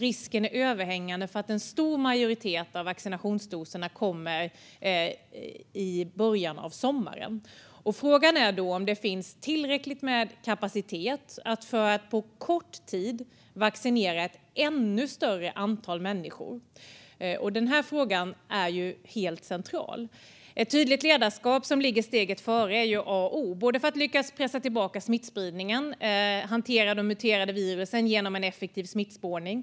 Risken är överhängande att en stor majoritet av vaccinationsdoserna kommer i början av sommaren. Frågan är då om det finns tillräckligt med kapacitet för att på kort tid vaccinera ett ännu större antal människor. Denna fråga är helt central. Ett tydligt ledarskap som ligger steget före är A och O för att lyckas pressa tillbaka smittspridningen och för att hantera de muterade virusen genom en effektiv smittspårning.